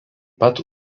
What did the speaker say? pat